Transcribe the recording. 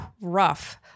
rough